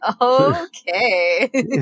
Okay